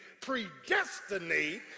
predestinate